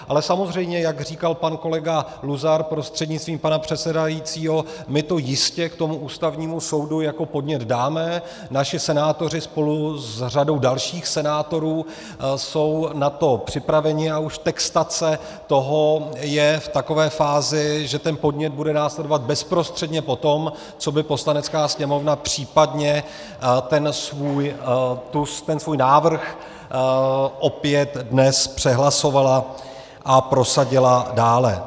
Ale samozřejmě, jak říkal pan kolega Luzar prostřednictvím pana předsedajícího, my to jistě k tomu Ústavnímu soudu jako podnět dáme, naši senátoři spolu s řadou dalších senátorů jsou na to připraveni a už textace toho je v takové fázi, že ten podnět bude následovat bezprostředně po tom, co by Poslanecká sněmovna případně ten svůj návrh opět dnes přehlasovala a prosadila dále.